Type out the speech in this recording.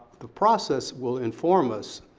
the process will inform us,